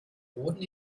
boden